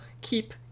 keep